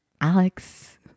Alex